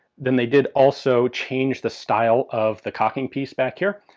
then they did also change the style of the cocking piece back here.